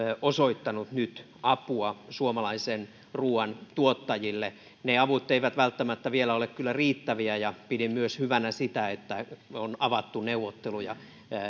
osoittanut apua suomalaisen ruuan tuottajille ne avut eivät kyllä välttämättä vielä ole riittäviä ja pidin myös hyvänä sitä että on avattu neuvotteluja